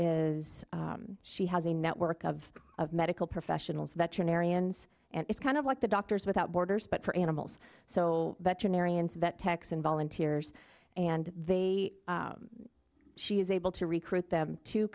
is she has a network of of medical professionals veterinarians and it's kind of like the doctors without borders but for animals so veterinarians vet techs and volunteers and they she is able to recruit them to